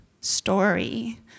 story